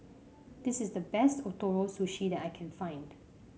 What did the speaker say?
this is the best Ootoro Sushi that I can find